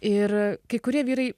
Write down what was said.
ir kai kurie vyrai